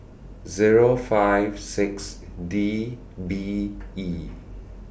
Zero five six D B E